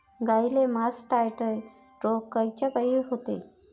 गाईले मासटायटय रोग कायच्यापाई होते?